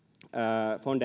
von